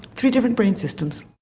three different brain systems.